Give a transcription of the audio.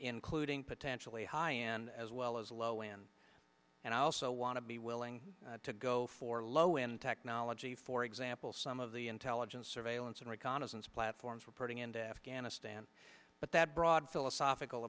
including potentially high end as well as low end and i also want to be willing to go for low end technology for example some of the intelligence surveillance and reconnaissance platforms we're putting into afghanistan but that broad philosophical